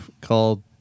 called